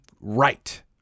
right